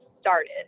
started